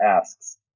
asks